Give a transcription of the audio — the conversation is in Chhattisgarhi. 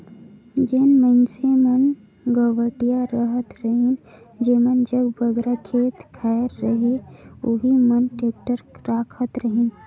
जेन मइनसे मन गवटिया रहत रहिन जेमन जग बगरा खेत खाएर रहें ओही मन टेक्टर राखत रहिन